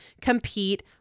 compete